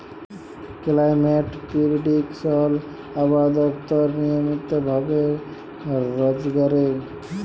climate prediction আবহাওয়া দপ্তর নিয়মিত ভাবে রজ ক্যরে